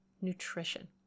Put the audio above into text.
nutrition